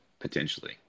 potentially